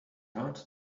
round